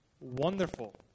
wonderful